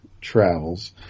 travels